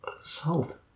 Salt